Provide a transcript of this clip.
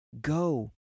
Go